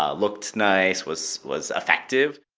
ah looked nice, was was effective?